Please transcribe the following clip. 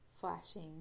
flashing